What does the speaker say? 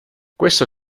questo